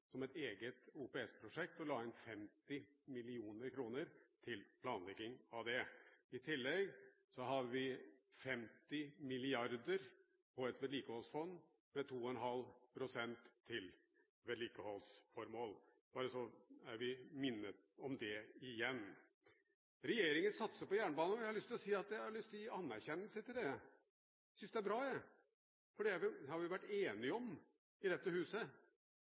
som et eget OPS-prosjekt, og la inn 50 mill. kr til planlegging av det. I tillegg har vi 50 mrd. kr i et vedlikeholdsfond, med 2,5 pst. til vedlikeholdsformål – vi bare minner om det igjen. Regjeringen satser på jernbane. Jeg har lyst til å gi det anerkjennelse – jeg syns det er bra. Det har vi i dette huset vært enige om. I